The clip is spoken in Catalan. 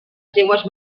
seues